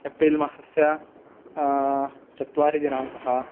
April मासस्य चत्वारिदिनाङ्कः